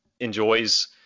enjoys